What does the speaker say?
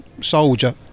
soldier